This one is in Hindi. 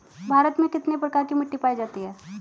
भारत में कितने प्रकार की मिट्टी पाई जाती हैं?